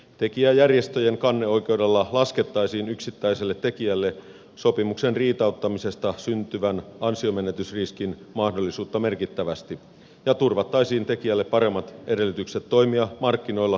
tekijäjärjestöjen kanneoikeudella laskettaisiin yksittäiselle tekijälle sopimuksen riitauttamisesta syntyvän ansionmenetysriskin mahdollisuutta merkittävästi ja turvattaisiin tekijälle paremmat edellytykset toimia markkinoilla myös jatkossa